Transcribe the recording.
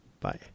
Bye